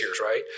right